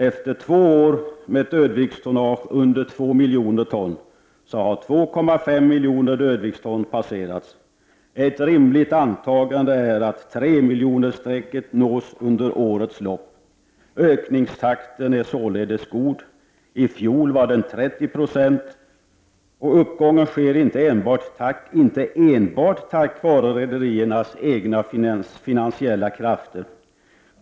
Efter två år med ett dödviktstonnage under 2 milj har 2,5 milj dwt passerats. Ett rimligt antagande är att 3 miljonerstrecket nås under årets lopp. Ökningstakten är således god. I fjol var den 30 procent. Uppgången sker inte enbart tack vare rederiernas egna finansiella krafter.